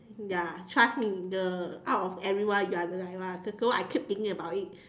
ya trust me the out of everyone you are like the one I keep thinking about it